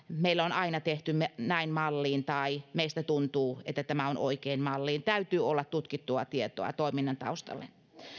meillä on aina tehty näin malliin tai meistä tuntuu että tämä on oikein malliin täytyy olla tutkittua tietoa toiminnan taustalle